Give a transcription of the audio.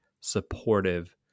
supportive